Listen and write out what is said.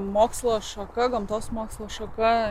mokslo šaka gamtos mokslo šaka